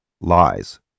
lies